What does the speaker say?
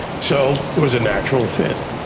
so it was a natural fit.